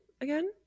again